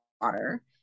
water